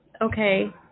Okay